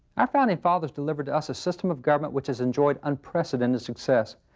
our founding fathers delivered us a system of government, which has enjoyed unprecedented success.